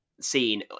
seen